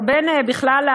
או בכלל,